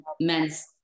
men's